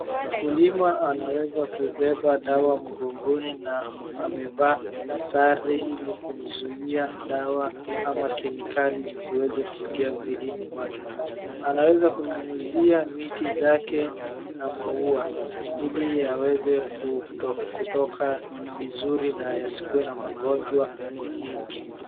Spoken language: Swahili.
Mkulima anaweza kubeba dawa mgongoni na amevaa sare ili kumzuia dawa ama kemikali isiweze kuingia mwilini mwake. Anaweza kunyunyizia miti zake na maua ili yaweze kutoka vizuri na yasikuwe na magonjwa mengi.